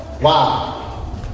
Wow